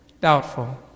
doubtful